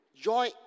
Joy